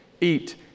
eat